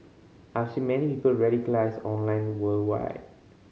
I've seen many people radicalised online worldwide